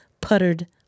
Puttered